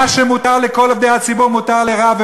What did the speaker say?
מה שמותר לכל עובדי הציבור מותר לרב,